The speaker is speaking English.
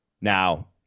Now